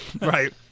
Right